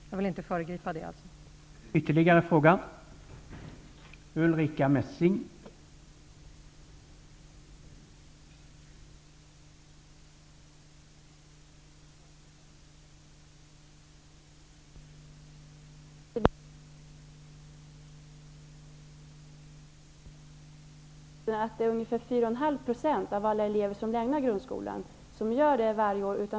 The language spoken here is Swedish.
Jag vill inte föregripa utredningens resultat.